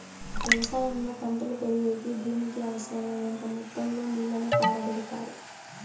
వ్యవసాయంలో పంటలు పెరిగేకి భూమికి అవసరమైనంత మొత్తం లో నీళ్ళను పారబెడతారు